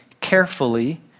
carefully